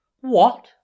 What